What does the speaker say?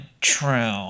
true